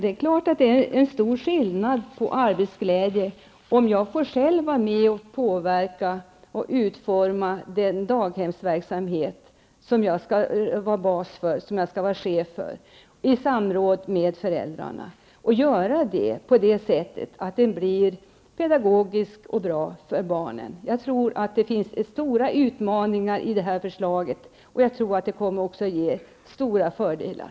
Det är klart att det är stor skillnad i arbetsglädje om jag själv -- i samråd med föräldrarna -- får vara med och utforma eller påverka utformningen av den daghemsverksamhet som jag skall vara chef för och göra det på ett sådant sätt att den blir pedagogisk och bra för barnen, eller om jag inte får det. Jag tror att det finns stora utmaningar i det här förslaget, och jag tror att det också kommer att ge stora fördelar.